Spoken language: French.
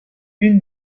une